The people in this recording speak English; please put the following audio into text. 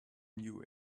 knew